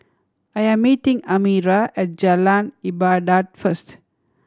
I am meeting Amira at Jalan Ibadat first